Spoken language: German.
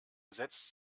setzt